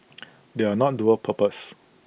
they are not dual purpose